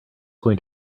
going